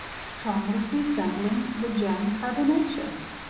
strongly resembling the gem carbonaceous